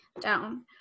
Down